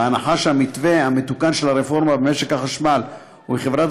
בהנחה שהמתווה המתוקן של הרפורמה במשק החשמל ובחברת